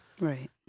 Right